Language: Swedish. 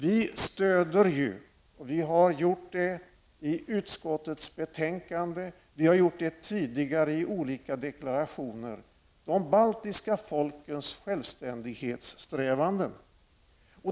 Vi stödjer ju de baltiska folkens självständighetssträvanden, och det har vi gjort i utskottets betänkande och även tidigare.